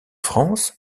france